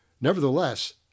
nevertheless